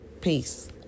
Peace